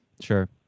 sure